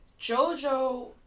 JoJo